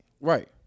Right